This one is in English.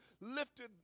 lifted